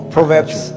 Proverbs